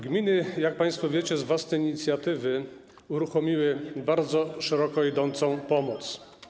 Gminy, jak państwo wiecie, z własnej inicjatywy uruchomiły bardzo szeroką pomoc.